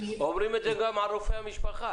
אומרים את זה גם על רופאי המשפחה,